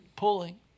Pulling